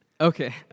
Okay